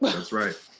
but that's right.